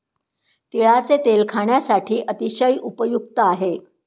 तिळाचे तेल खाण्यासाठी अतिशय उपयुक्त आहे